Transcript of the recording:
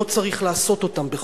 לא צריך לעשות אותם בחוק,